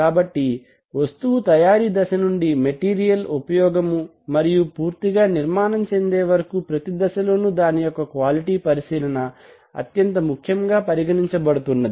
కాబట్టి వస్తువు తయారీ దశ నుండి మెటీరియల్ ఉపయోగము మరియు పూర్తిగా నిర్మాణం చెందే వరకు ప్రతి దశ లోనూ దాని యొక్క క్వాలిటి పరిశీలన అత్యంత ముఖ్యముగా పరిగణించబడుతున్నది